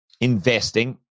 investing